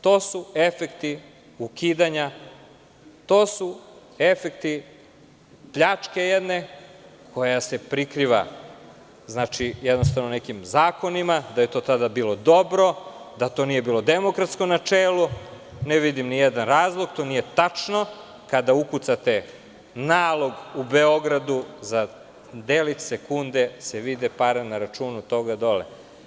To su efekti ukidanja, to su efekti jedne pljačke koja se prikriva jednostavno nekim zakonima, da je to tada bilo dobro, da to nije bilo demokratsko načelo, ne vidim ni jedan razlog to nije tačno, kada ukucate nalog u Beogradu za delić sekunde se vide pare na računu toga dole.